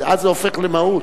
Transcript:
ואז זה הופך למהות.